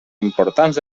importants